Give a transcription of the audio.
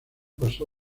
pasó